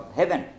heaven